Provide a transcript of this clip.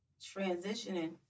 transitioning